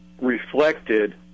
reflected